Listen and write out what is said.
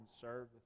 serve